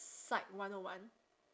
psych one O one